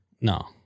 no